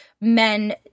men